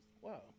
Wow